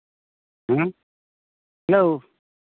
ᱦᱮᱸ ᱦᱮᱞᱳ